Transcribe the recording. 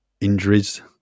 injuries